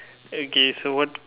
okay so what